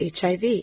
HIV